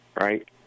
right